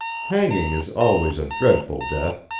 hanging is always a dreadful death,